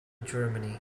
germany